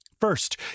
First